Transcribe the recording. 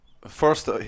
first